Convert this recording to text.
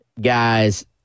guys